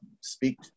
speak